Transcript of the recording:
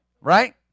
Right